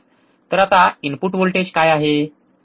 तर आता input voltage काय आहे